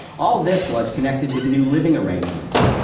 all this was connected with new living arrangements.